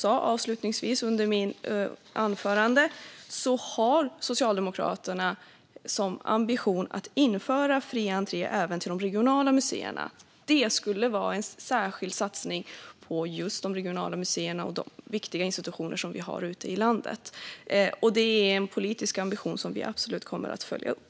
Som jag sa i mitt anförande är Socialdemokraternas ambition att införa fri entré även på de regionala museerna i en särskild satsning på just regionala museer och viktiga institutioner ute i landet. Detta är en politisk ambition som vi absolut kommer att följa upp.